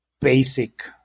basic